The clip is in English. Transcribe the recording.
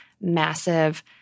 massive